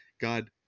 God